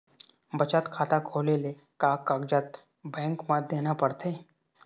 बचत खाता खोले ले का कागजात बैंक म देना पड़थे?